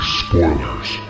spoilers